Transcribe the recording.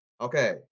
Okay